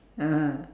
ah